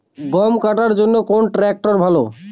গম কাটার জন্যে কোন ট্র্যাক্টর ভালো?